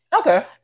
Okay